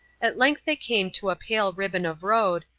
at length they came to a pale ribbon of road,